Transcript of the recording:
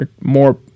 more